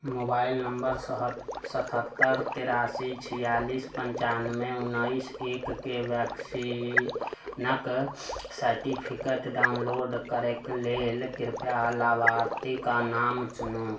mobile number सह सतहत्तर तेरासी छिआलिस पञ्चान्बे उन्नैस एक के वैक्सीनक सर्टिफिकेट डाउनलोड करैके लेल कृपया लाभार्थी कऽ नाम चुनू